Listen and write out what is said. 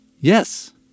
Yes